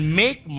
make